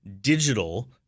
digital